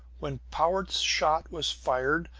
when powart's shot was fired,